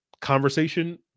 conversation